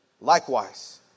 Likewise